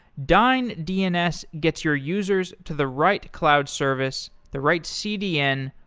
dyn dns gets your users to the right cloud service, the right cdn,